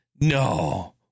No